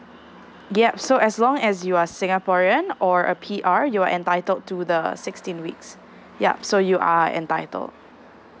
yup so as long as you are singaporean or a P_R you're entitled to the sixteen weeks yup so you are entitled